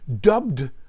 Dubbed